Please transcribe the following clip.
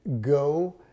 go